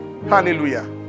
Hallelujah